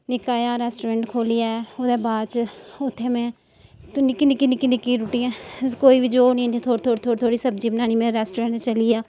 निक्का जेहा रैस्टोरेंट खोल्लियै ओह्दे बाद च उत्थै मैं निक्की निक्की निक्की रूट्टियां कोई बी जो होनी थोह्ड़ी थोह्ड़ी थोह्ड़ी थोह्ड़ी सब्जी बनानी मेरा रैस्टोरेंट चली गेआ